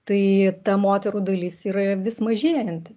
tai ta moterų dalis yra vis mažėjanti